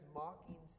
mocking